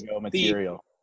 material